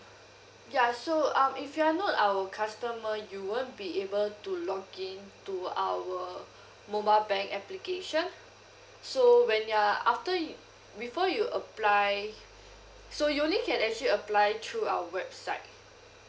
ya so um if you are not our customer you won't be able to log in to our mobile bank application so when you're after you before you apply so you only can actually apply through our website